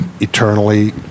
Eternally